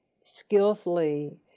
skillfully